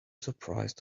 surprised